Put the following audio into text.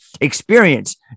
experience